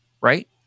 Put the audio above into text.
right